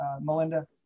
Melinda